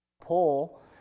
pull